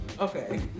Okay